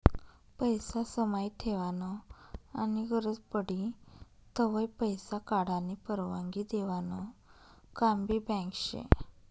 पैसा समाई ठेवानं आनी गरज पडी तव्हय पैसा काढानी परवानगी देवानं काम भी बँक शे